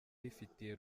rifatiye